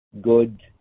good